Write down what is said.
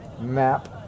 map